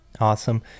Awesome